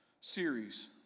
series